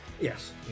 Yes